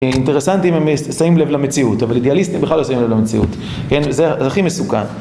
אינטרסנטים הם שים לב למציאות אבל אידיאליסטים בכלל לא שים לב למציאות זה הכי מסוכן